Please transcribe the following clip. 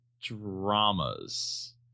dramas